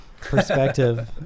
perspective